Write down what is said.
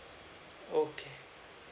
okay